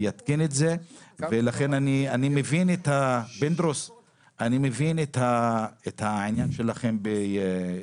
לכן אני מבין את העניין שלכם, פינדרוס,